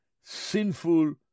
sinful